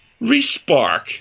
re-spark